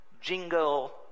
jingle